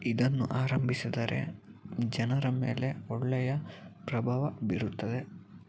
ಇದನ್ನು ಆರಂಭಿಸಿದರೆ ಜನರ ಮೇಲೆ ಒಳ್ಳೆಯ ಪ್ರಭಾವ ಬೀರುತ್ತದೆ